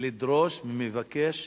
לדרוש ממבקש,